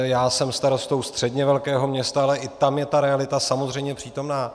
Já jsem starostou středně velkého města, ale i tam je ta realita samozřejmě přítomna.